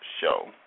show